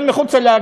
גם מחוץ לה,